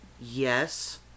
Yes